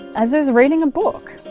as is reading a book.